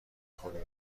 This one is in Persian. خوبیه